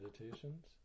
meditations